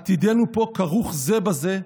עתידנו כרוך זה בזה,